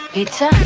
Pizza